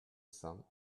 cents